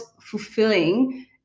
fulfilling